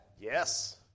Yes